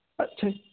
ਅੱਛਾ ਜੀ